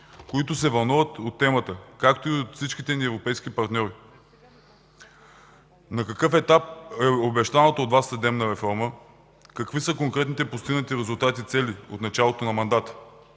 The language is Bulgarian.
които се вълнуват от темата, както и от всичките ни европейски партньори. На какъв етап е обещаната от Вас съдебна реформа? Какви са конкретните постигнати резултати и цели от началото на мандата?